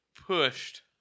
pushed